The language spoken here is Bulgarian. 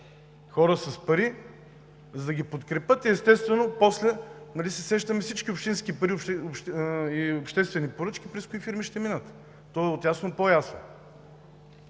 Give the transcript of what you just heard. хора с пари, за да ги подкрепят. Естествено, после нали се сещаме всички обществени поръчки през кои фирми ще минат? То е от ясно по-ясно.